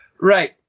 right